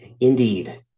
Indeed